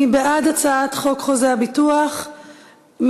מי בעד הצעת חוק חוזה הביטוח (תיקון מס' 6)?